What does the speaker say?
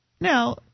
Now